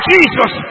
Jesus